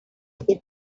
think